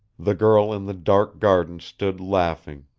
the girl in the dark garden stood laughing,